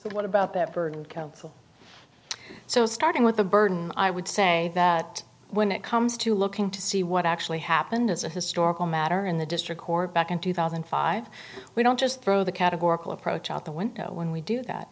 but what about that burden council so starting with the burden i would say that when it comes to looking to see what actually happened as a historical matter in the district court back in two thousand and five we don't just throw the categorical approach out the window when we do that